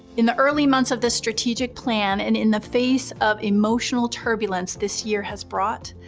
in the early months of the strategic plan and in the face of emotional turbulence this year has brought,